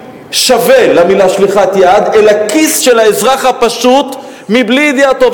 בביטוי שווה למלה "שליחת יד" אל הכיס של האזרח הפשוט בלי ידיעתו.